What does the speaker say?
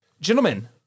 Gentlemen